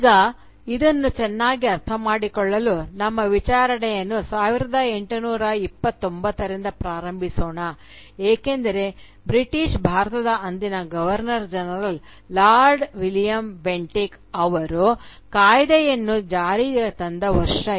ಈಗ ಇದನ್ನು ಚೆನ್ನಾಗಿ ಅರ್ಥಮಾಡಿಕೊಳ್ಳಲು ನಮ್ಮ ವಿಚಾರಣೆಯನ್ನು 1829 ರಿಂದ ಪ್ರಾರಂಭಿಸೋಣ ಏಕೆಂದರೆ ಬ್ರಿಟಿಷ್ ಭಾರತದ ಅಂದಿನ governor general Lord William Bentinck ಅವರು ಕಾಯ್ದೆಯನ್ನು ಜಾರಿಗೆ ತಂದ ವರ್ಷ ಇದು